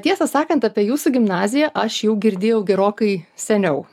tiesą sakant apie jūsų gimnaziją aš jau girdėjau gerokai seniau